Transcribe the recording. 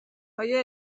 های